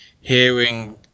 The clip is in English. hearing